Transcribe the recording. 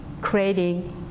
creating